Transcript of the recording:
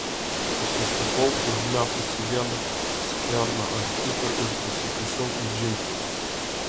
susisupau užmetusi vieną skverną ant kito ir susikišau į džinsus